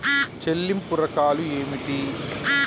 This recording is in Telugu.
చెల్లింపు రకాలు ఏమిటి?